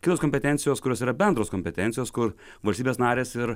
kitos kompetencijos kurios yra bendros kompetencijos kur valstybės narės ir